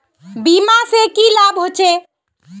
बीमा से की लाभ होचे?